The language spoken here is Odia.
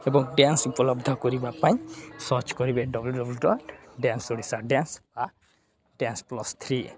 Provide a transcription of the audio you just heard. ଏବଂ ଡ୍ୟାନ୍ସ ଉପଲବ୍ଧ କରିବା ପାଇଁ ସର୍ଚ୍ଚ କରିବେ W W dot dance Odisha dance ବା ଡ୍ୟାନ୍ସ ପ୍ଲସ୍ ଥ୍ରୀ